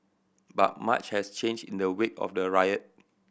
but much has changed in the wake of the riot